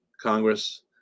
Congress